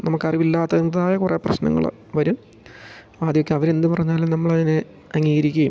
നമുക്ക് അറിവില്ലാത്തതായ കുറേ പ്രശ്നങ്ങൾ വരും ആദ്യമൊക്കെ അവരെന്തു പറഞ്ഞാലും നമ്മളതിനെ അംഗീകരിക്കുകയും